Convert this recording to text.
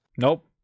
Nope